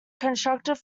constructed